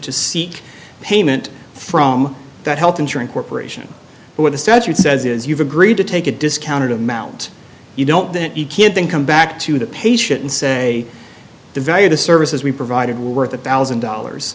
to seek payment from that health insurance corporation where the statute says you've agreed to take a discounted amount you don't that you can't think come back to the patient and say the value of the services we provided worth a thousand dollars